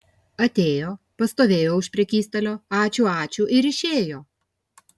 atėjo pastovėjo už prekystalio ačiū ačiū ir išėjo